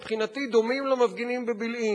מבחינתי דומים למפגינים בבילעין,